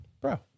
Bro